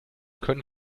können